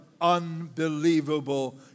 unbelievable